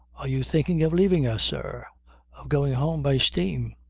are you thinking of leaving us, sir of going home by steam?